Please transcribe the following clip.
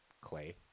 Clay